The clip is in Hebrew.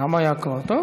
כבר היה סאלח סעד.